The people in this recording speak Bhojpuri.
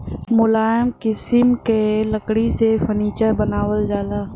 मुलायम किसिम क लकड़ी से फर्नीचर बनावल जाला